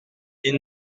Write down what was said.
ils